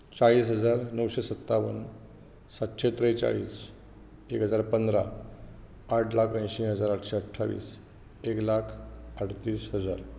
चाळीस हजार णवशीं सत्तावन सातशीं त्रेचाळीस एक हजार पंदरा आठ लाख अंयशी हजार आठशीं अट्टावीस एक लाख अडतीस हजार